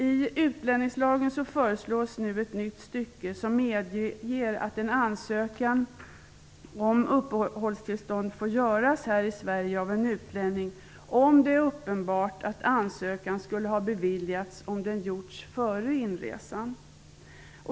I utlänningslagen föreslås nu ett nytt stycke som medger att en ansökan om uppehållstillstånd får göras här i Sverige av en utlänning, om det är uppenbart att ansökan skulle ha beviljats om den hade gjorts före inresan.